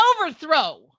overthrow